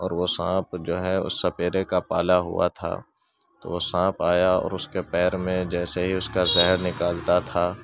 اور وہ ساںپ جو ہے اس سپیرے کا پالا ہوا تھا تو وہ سانپ آیا اور اس کے پیر میں جیسے ہی اس کا زہر نکالتا تھا